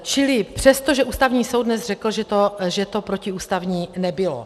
Čili přestože Ústavní soud dnes řekl, že to protiústavní nebylo.